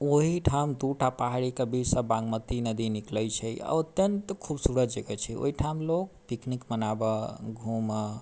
ओही ठाम दूटा पहाड़ीके बीचसँ बागमती नदी निकलै छै आओर अत्यन्त खूबसूरत जगह छै ओइठाम लोग पिकनिक मनाबऽ घूमऽ